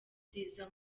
nziza